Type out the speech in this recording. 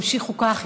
המשיכו כך.